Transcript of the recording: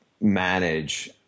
manage –